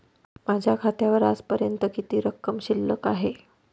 माझ्या खात्यावर आजपर्यंत किती रक्कम शिल्लक आहे?